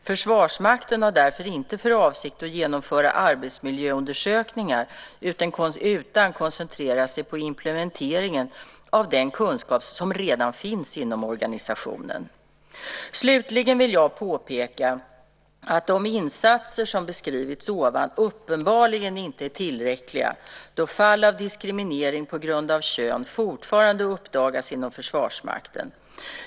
Försvarsmakten har därför inte för avsikt att genomföra arbetsmiljöundersökningar, utan man ska koncentrera sig på implementeringen av den kunskap som redan finns inom organisationen. Slutligen vill jag påpeka att de insatser som beskrivits ovan uppenbarligen inte är tillräckliga då fall av diskriminering på grund av kön fortfarande uppdagas inom Försvarsmakten.